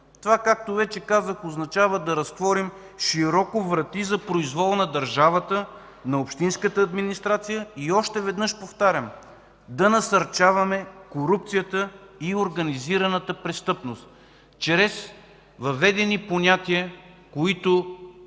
това, както вече казах, означава да разтворим широко врати за произвол на държавата, на общинската администрация. Още веднъж повтарям: да насърчаваме корупцията и организираната престъпност чрез въведени понятия, които